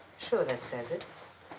sure, that says it.